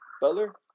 Butler